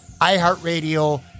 iHeartRadio